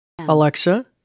Alexa